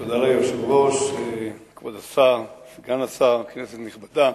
תודה ליושב-ראש, כבוד השר, סגן השר, כנסת נכבדה,